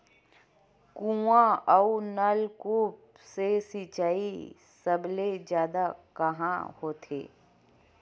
कुआं अउ नलकूप से सिंचाई सबले जादा कहां होथे?